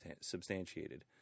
substantiated